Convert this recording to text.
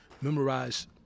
memorize